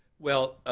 well,